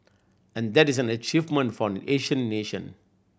and that is an achievement for an Asian nation